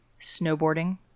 Snowboarding